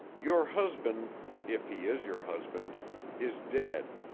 your husband if he is your husband is dead.